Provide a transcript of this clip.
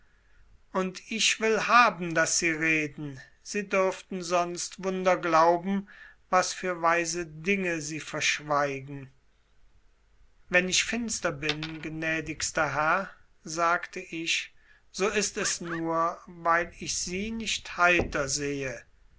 und ich will haben daß sie reden sie dürften sonst wunder glauben was für weise dinge sie verschweigen wenn ich finster bin gnädigster herr sagte ich so ist es nur weil ich sie nicht heiter sehe